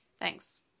thanks